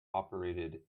operated